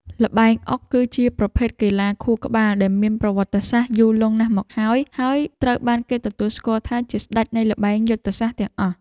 ល្បែងអុក គឺជាប្រភេទកីឡាខួរក្បាលដែលមានប្រវត្តិសាស្ត្រយូរលង់ណាស់មកហើយហើយត្រូវបានគេទទួលស្គាល់ថាជាស្តេចនៃល្បែងយុទ្ធសាស្ត្រទាំងអស់។